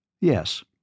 Yes